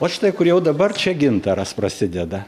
vat štai kur jau dabar čia gintaras prasideda